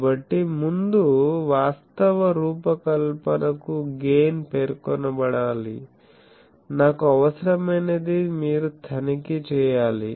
కాబట్టి ముందు వాస్తవ రూపకల్పనకు గెయిన్ పేర్కొనబడాలి నాకు అవసరమైనది మీరు తనిఖీ చేయాలి